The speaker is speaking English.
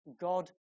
God